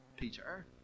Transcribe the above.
Peter